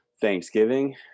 Thanksgiving